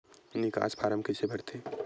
निकास फारम कइसे भरथे?